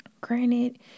granted